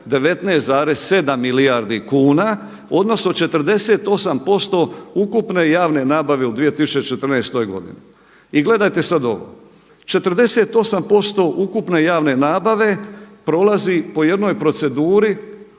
19,7 milijardi kuna odnosno 48% ukupne javne nabave u 2014. godine. I gledajte sad ovo, 48% ukupne javne nabave prolazi po jednoj proceduri